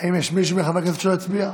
האם יש מישהו מחברי הכנסת שלא הצביע?